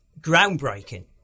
groundbreaking